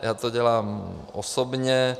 Já to dělám osobně.